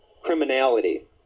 criminality